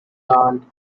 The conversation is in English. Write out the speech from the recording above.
plant